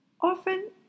often